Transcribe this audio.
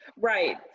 Right